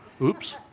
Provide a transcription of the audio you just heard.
Oops